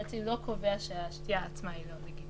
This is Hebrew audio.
ההסדר הארצי לא קובע שהשתייה עצמה היא לא לגיטימית,